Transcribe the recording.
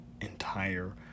entire